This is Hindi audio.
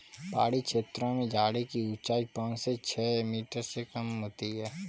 पहाड़ी छेत्रों में झाड़ी की ऊंचाई पांच से छ मीटर से कम होती है